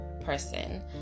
person